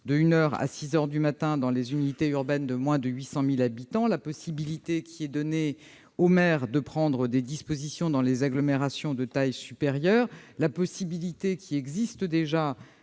six heures du matin dans les unités urbaines de moins de 800 000 habitants, la possibilité donnée aux maires de prendre des dispositions similaires dans les agglomérations de taille supérieure et la possibilité déjà